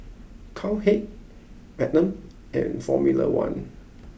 Cowhead Magnum and Formula One